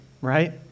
right